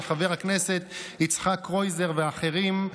של חבר הכנסת יצחק קרויזר ואחרים,